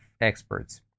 experts